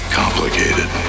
complicated